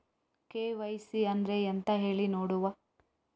KYC ಅಂದ್ರೆ ಎಂತ ಹೇಳಿ ನೋಡುವ?